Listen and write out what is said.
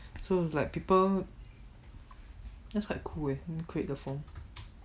so it's like people that's quite cool eh when you create the form